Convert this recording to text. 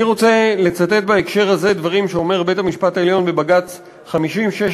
אני רוצה לצטט בהקשר הזה דברים שאומר בית-המשפט העליון בבג"ץ 5016/96,